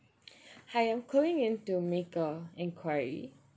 hi I'm calling in to make a enquiry